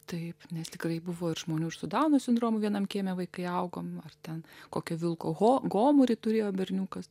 taip nes tikrai buvo ir žmonių su dauno sindromu vienam kieme vaikai augome ar ten kokio vilko gomurį turėjo berniukas